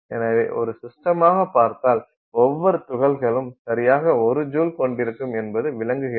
எனவே ஒரு சிஸ்டமாக பார்த்தால் ஒவ்வொரு துகள்களும் சரியாக 1 ஜூல் கொண்டிருக்கும் என்பது விளங்குகிறது